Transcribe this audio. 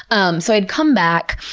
um so, i'd come back,